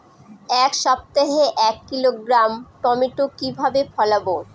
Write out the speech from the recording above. এক সপ্তাহে এক কিলোগ্রাম টমেটো কিভাবে ফলাবো?